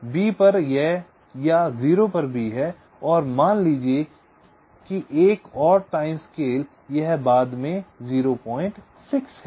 b पर यह या 0 पर भी है और मान लीजिए कि एक और टाइम स्केल यह बाद में 06 है